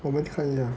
我们可以啊